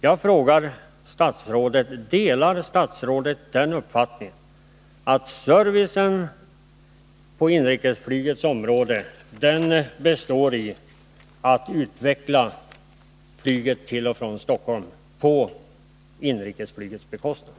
Jag frågar statsrådet: Delar statsrådet uppfattningen att servicen på inrikesflygets område består i att utveckla flyget till och från Stockholm på Norrlandsflygets bekostnad?